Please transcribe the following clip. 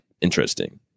interesting